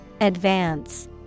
Advance